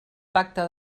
pacte